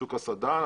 שוק ההסעדה,